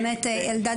אלדד,